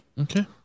okay